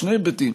משני היבטים: